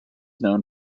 known